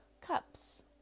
cups